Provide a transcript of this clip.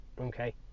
Okay